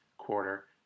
Quarter